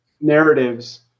narratives